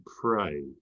pray